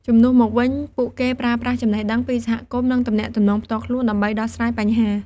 ជំនួសមកវិញ ពួកគេប្រើប្រាស់ ចំណេះដឹងពីសហគមន៍ និងទំនាក់ទំនងផ្ទាល់ខ្លួន ដើម្បីដោះស្រាយបញ្ហា។